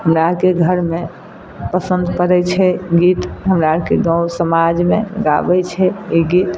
हमरा अरके घरमे पसन्द पड़य छै गीत हमरा अरके गाँव समाजमे गाबय छै ई गीत